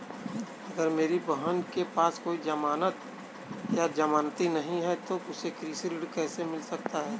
अगर मेरी बहन के पास कोई जमानत या जमानती नहीं है तो उसे कृषि ऋण कैसे मिल सकता है?